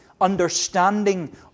understanding